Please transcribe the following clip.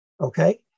Okay